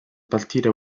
partire